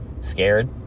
scared